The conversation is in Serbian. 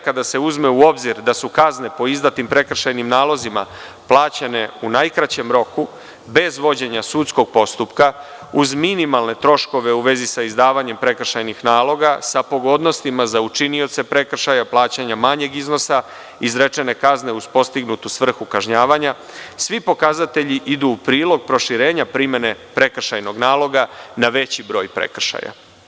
Kada se uzme u obzir da su kazne po izdatim prekršajnim nalozima plaćeni u najkraćem roku, bez vođenja sudskog postupka, uz minimalne troškove u vezi sa izdavanjem prekršajnih naloga, sa pogodnostima za učinioce prekršaja, plaćanje manjeg iznosa izrečene kazne uz postignutu svrhu kažnjavanja, svi pokazatelji idu u prilog proširenja primene prekršajnog naloga na veći broj prekršaja.